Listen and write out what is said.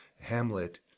Hamlet